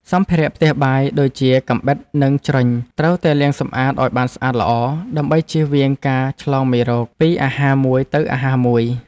សម្ភារៈផ្ទះបាយដូចជាកាំបិតនិងជ្រញ់ត្រូវតែលាងសម្អាតឱ្យបានស្អាតល្អ ដើម្បីចៀសវាងការឆ្លងមេរោគពីអាហារមួយទៅអាហារមួយ។